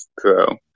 Pro